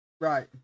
Right